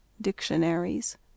Dictionaries